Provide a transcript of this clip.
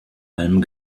allem